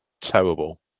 terrible